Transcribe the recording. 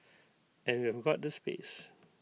and we've got the space